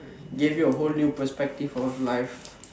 gave you a whole new perspective of life